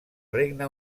regne